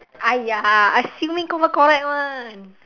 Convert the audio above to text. !aiya! assuming confirm correct [one]